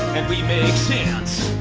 and we make sense.